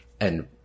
and-